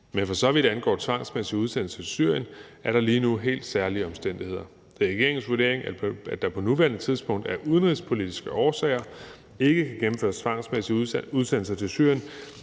Men for så vidt angår tvangsmæssig udsendelse til Syrien, er der lige nu helt særlige omstændigheder. Det er regeringens vurdering, at der på nuværende tidspunkt af udenrigspolitiske årsager ikke kan gennemføres tvangsmæssige udsendelser til Syrien,